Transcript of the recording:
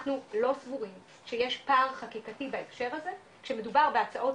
אנחנו לא סבורים שיש פער חקיקתי בהקשר הזה כשמדובר בהצעות